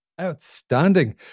Outstanding